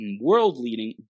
world-leading